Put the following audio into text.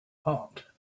heart